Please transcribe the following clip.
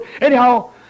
Anyhow